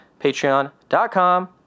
Patreon.com